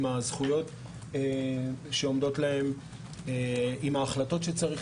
עם הזכויות שעומדות להם ועם ההחלטות שצריך